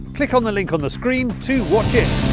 click on the link on the screen to watch it